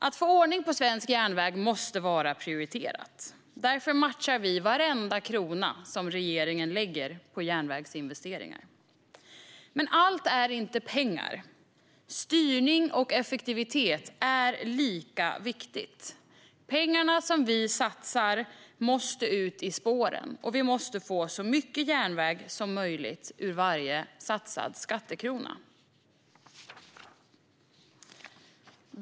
Att få ordning på svensk järnväg måste vara prioriterat. Därför matchar vi varenda krona som regeringen lägger på järnvägsinvesteringar. Men allt är inte pengar. Styrning och effektivitet är lika viktigt. De pengar vi satsar måste ut i spåren, och vi måste få så mycket järnväg som möjligt ur varje satsad skattekrona.